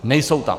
Nejsou tam.